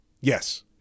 yes